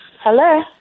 Hello